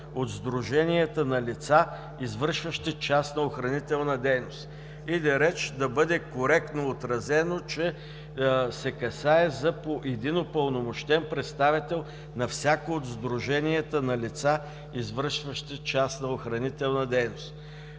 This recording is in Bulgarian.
от сдруженията на лица, извършващи частна охранителна дейност“. Иде реч да бъде коректно отразено, че се касае за един упълномощен представител на всяко от сдруженията на лица, извършващи частна охранителна дейност.